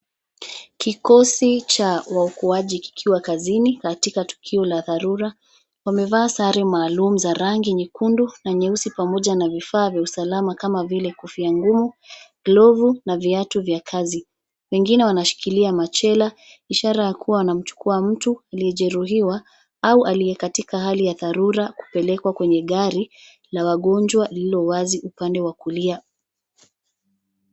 Kikosi cha waokoaji kikiwa kazini katika tukio la dharura. Wamevaa sare maalum za rangi nyekundu na nyeusi pamoja na vifaa vya usalama kama vile kofia ngumu, glovu na viatu vya kazi. Wengine wanashikilia machela ishara ya kuwa wanamchukua mtu aliyejeruhiwa au aliye katika hali ya dharura, kupelekwa kwenye gari la wagonjwa lililo wazi upande wa kulia.